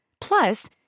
Plus